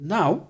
Now